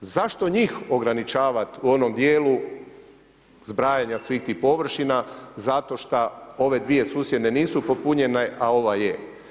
Zašto njih ograničavat u onom djelu zbrajanja svih tih površina zato što ova dvije susjedne nisu popunjene a ova je?